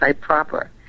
proper